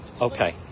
Okay